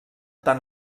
tant